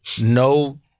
no